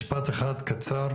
משפט אחד קצר,